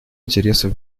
интересов